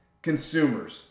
Consumers